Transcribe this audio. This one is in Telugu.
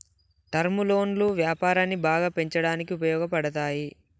టర్మ్ లోన్లు వ్యాపారాన్ని బాగా పెంచడానికి ఉపయోగపడతాయి